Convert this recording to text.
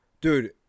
Dude